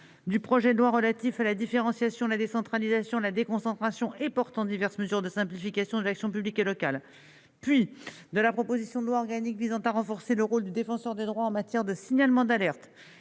du projet de loi relatif à la différenciation la décentralisation de la déconcentration et portant diverses mesures de simplification de l'action publique locale, puis de la proposition de loi organique visant à renforcer le rôle du défenseur des droits en matière de signalements d'alerte